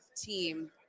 team